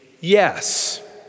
yes